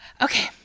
Okay